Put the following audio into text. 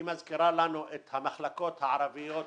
היא מזכירה לנו את המחלקה הערבית